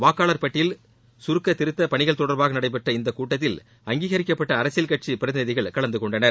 வாக்காளர் பட்டியல் கருக்கத் திருத்தப் பணிகள் தொடர்பாக நடைபெற்ற இந்தக் கூட்டத்தில் அங்கீகரிக்கப்பட்ட அரசியல் கட்சி பிரதிநிதிகள் கலந்து கொண்டனர்